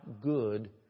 good